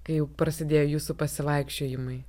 kai jau prasidėjo jūsų pasivaikščiojimai